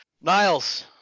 Niles